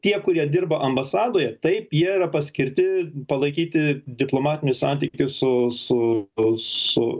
tie kurie dirba ambasadoje taip jie yra paskirti palaikyti diplomatinių santykių su su su